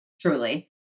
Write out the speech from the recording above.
Truly